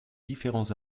différents